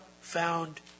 found